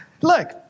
Look